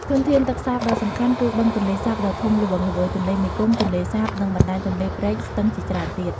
ធនធានទឹកសាបដ៏សំខាន់គឺបឹងទន្លេសាបដ៏ធំល្វឹងល្វើយ ទន្លេមេគង្គ ទន្លេសាប និងបណ្ដាញទន្លេ ព្រែក ស្ទឹងជាច្រើនទៀត។